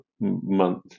month